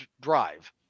drive